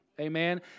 Amen